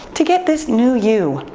to get this new you.